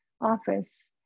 office